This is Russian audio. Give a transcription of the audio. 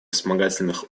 вспомогательных